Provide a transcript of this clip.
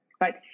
right